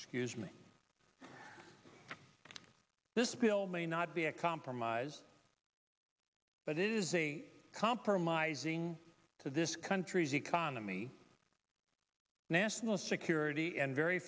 excuse me this bill may not be a compromise but it is a compromising to this country's economy national security and very